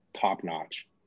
top-notch